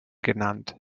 genannt